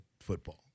football